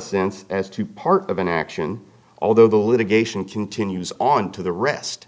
sense as to part of an action although the litigation continues on to the rest